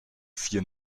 vier